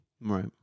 right